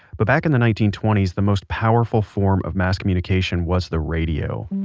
but back in the nineteen twenty s, the most powerful form of mass communication was the radio.